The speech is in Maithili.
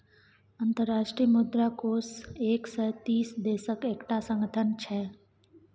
अंतर्राष्ट्रीय मुद्रा कोष एक सय तीस देशक एकटा संगठन छै